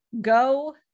go